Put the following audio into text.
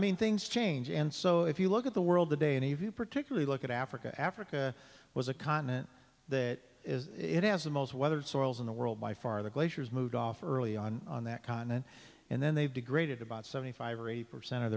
mean things change and so if you look at the world today and if you particularly look at africa africa was a continent that is it has the most weathered soils in the world by far the glaciers moved off early on on that continent and then they've degraded about seventy five percent of